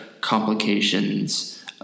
complications